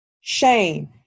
Shame